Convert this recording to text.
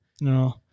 No